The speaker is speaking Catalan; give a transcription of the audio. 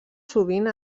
sovint